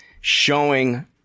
showing